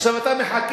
עכשיו אתה מחכה.